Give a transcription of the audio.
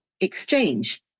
exchange